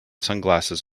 sunglasses